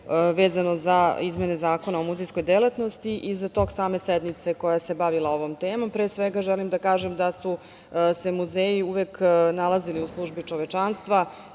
vezano za izmene Zakona o muzejskoj delatnosti i za tok same sednice koja se bavila ovom temom. Pre svega, želim da kažem da su se muzeji uvek nalazili u službi čovečanstva